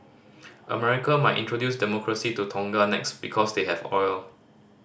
America might introduce Democracy to Tonga next because they have oil